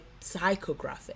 psychographic